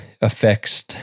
affects